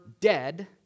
dead